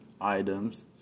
items